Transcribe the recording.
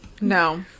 no